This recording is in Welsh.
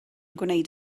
gwneud